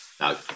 no